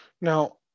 Now